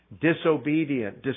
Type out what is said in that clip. disobedient